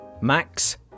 Max